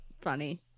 Funny